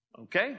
Okay